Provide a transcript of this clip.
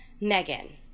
Megan